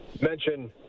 mention